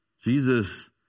Jesus